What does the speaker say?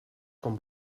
com